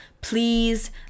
Please